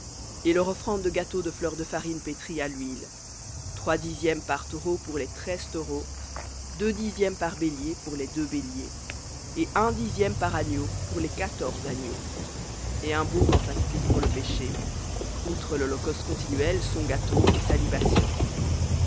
et leur offrande de gâteau de fleur de farine pétrie à l'huile trois dixièmes par taureau pour les treize taureaux deux dixièmes par bélier pour les deux béliers et un dixième par agneau pour les quatorze agneaux et un bouc en sacrifice pour le péché outre l'holocauste continuel son gâteau et